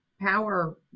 power